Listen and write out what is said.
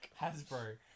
Hasbro